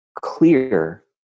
clear